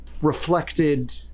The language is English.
reflected